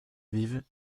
vive